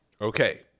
Okay